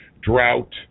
drought